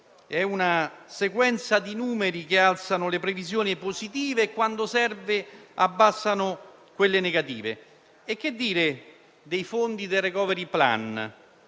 una sequenza di numeri che alzano le previsioni positive e, quando serve, abbassano quelle negative. Che dire poi dei fondi del *recovery plan*?